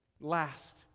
Last